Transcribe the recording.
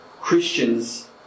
Christians